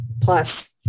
plus